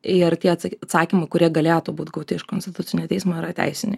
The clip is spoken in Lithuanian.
ir ar tie atsakymai kurie galėtų būt gauti iš konstitucinio teismo yra teisiniai